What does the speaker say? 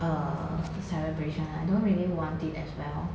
uh celebration I don't really want it as well